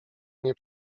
nie